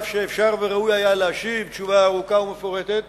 אף שאפשר וראוי היה להשיב תשובה ארוכה ומפורטת.